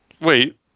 Wait